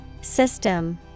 System